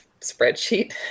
spreadsheet